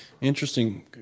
interesting